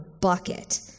bucket